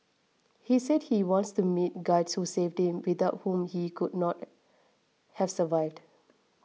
he said he wants to meet guides who saved him without whom he could not have survived